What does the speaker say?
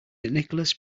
nicholas